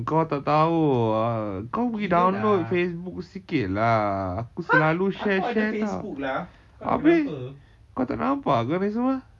kau tak tahu ah kau pergi download facebook sikit lah aku selalu share share [tau] abeh kau tak nampak ke ni semua